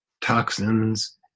toxins